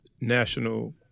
national